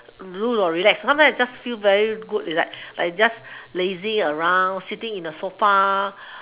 rule or relax sometime you just feel very good relax like just lazy around sitting in the sofa